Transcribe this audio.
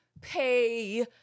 pay